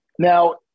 Now